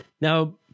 Now